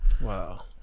Wow